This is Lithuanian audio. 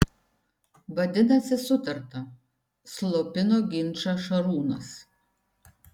vadinasi sutarta slopino ginčą šarūnas